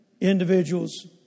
individuals